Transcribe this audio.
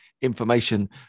information